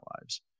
lives